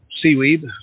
Seaweed